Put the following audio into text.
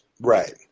Right